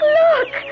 look